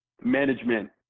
management